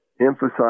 emphasize